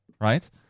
right